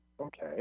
okay